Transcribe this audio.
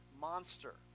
monster